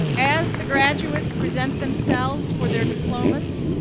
as the graduates present themselves for their diplomas,